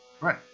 Right